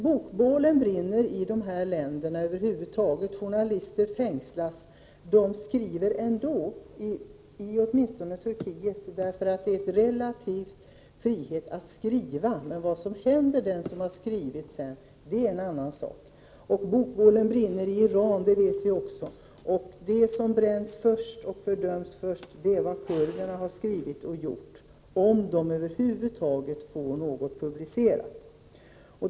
Bokbålen brinner i de här länderna och journalister fängslas. De skriver ändå, åtminstone i Turkiet, eftersom det där finns en relativ frihet att skriva. Men vad som sedan händer den som har skrivit är en annan sak. Vi vet också att bokbålen brinner i Iran. Det som bränns först och fördöms först är det som kurderna har skrivit, om de över huvud taget får någonting publicerat.